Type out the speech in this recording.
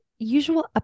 Usual